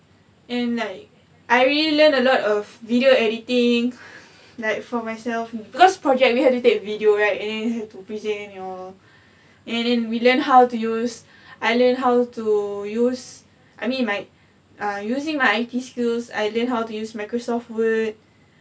and like I really learn a lot of video editing like for myself because project we have to take video right and then you have to present you know and then we learned how to use I learned how to use I mean my err using my I_T skills I learned how to use microsoft word